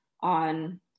on